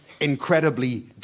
incredibly